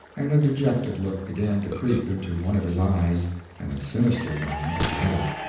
and a dejected look began to creep into one of his eyes and a sinister one into the other.